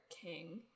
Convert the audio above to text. King